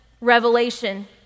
Revelation